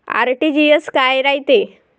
RTGS काय रायते?